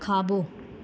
खाॿो